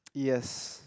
yes